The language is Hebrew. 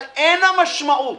אבל אין המשמעות